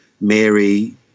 Mary